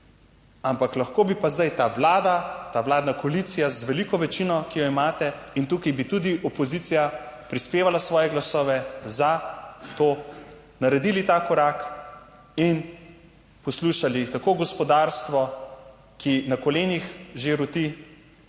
ampak lahko bi pa zdaj ta vlada, ta vladna koalicija z veliko večino, ki jo imate, in tukaj bi tudi opozicija prispevala svoje glasove za to, naredili ta korak in poslušali tako gospodarstvo, ki že na kolenih roti,